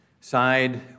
side